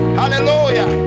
hallelujah